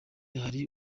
hari